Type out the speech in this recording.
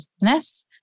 business